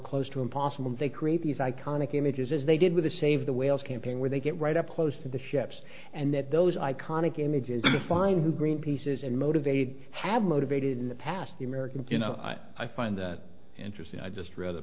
close to impossible they create these iconic images as they did with the save the whales campaign where they get right up close to the ships and that those iconic images of this fine who greenpeace's and motivated have motivated in the past the american you know i find that interesting i just read the